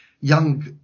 young